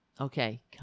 Okay